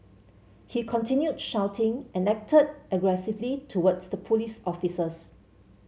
he continued shouting and acted aggressively towards the police officers